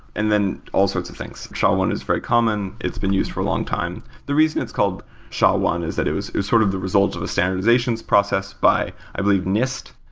and then all sorts of things. sha one is very common. it's been used for a long time. the reason it's called sha one is that it was it was sort of the results of a standardizations process by, i believe, nist,